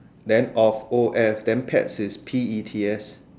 then of of then pets is pets